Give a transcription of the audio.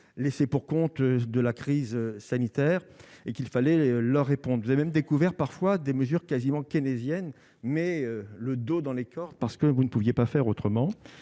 laissés-pour-compte de la crise sanitaire et qu'il fallait leur répondent avez même découvert parfois des mesures quasiment keynésienne, mais le dos dans les cordes, parce que vous ne pouviez pas faire autrement,